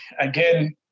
again